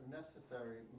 necessary